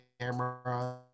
camera